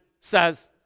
says